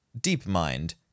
DeepMind